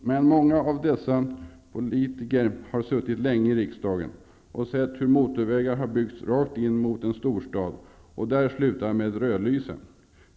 Men många av dessa politiker har suttit länge i riksdagen och sett hur motorvägar har byggts rakt in mot en storstad och där slutar med rödlysen.